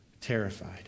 terrified